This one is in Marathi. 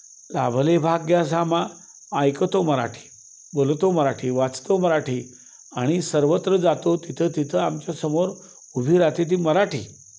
लाभले भाग्य सामा ऐकतो मराठी बोलतो मराठी वाचतो मराठी आणि सर्वत्र जातो तिथं तिथं आमच्यासमोर उभी राहते ती मराठी